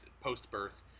post-birth